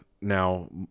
now